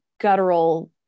guttural